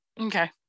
Okay